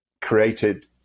created